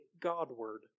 Godward